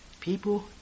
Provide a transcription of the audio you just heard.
People